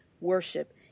worship